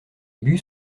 bus